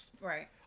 Right